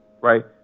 right